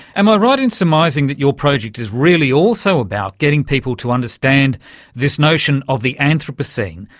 am i right in surmising that your project is really also about getting people to understand this notion of the anthropocene,